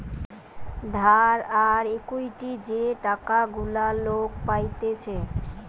ধার আর ইকুইটি যে টাকা গুলা লোক পাইতেছে